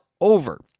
over